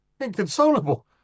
Inconsolable